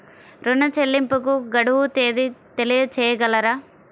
ఋణ చెల్లింపుకు గడువు తేదీ తెలియచేయగలరా?